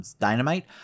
Dynamite